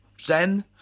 zen